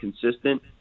consistent